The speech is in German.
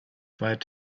weit